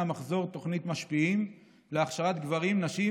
מחזור של תוכנית "משפיעים" להכשרת גברים ונשים,